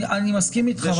אני מסכים איתך,